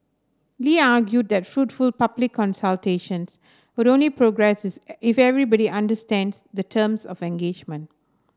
Lee argued that fruitful public consultations would only progress is if everybody understands the terms of engagement